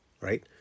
right